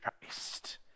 Christ